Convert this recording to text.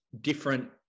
different